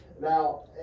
Now